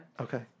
Okay